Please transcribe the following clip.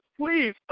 Please